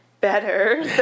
better